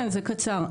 זה קצר.